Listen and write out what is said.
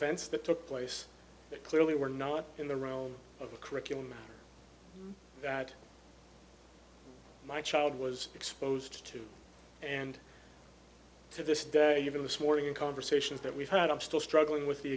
events that took place that clearly were not in the realm of the curriculum that my child was exposed to and to this day even this morning in conversations that we've had i'm still struggling with the